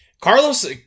Carlos